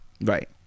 Right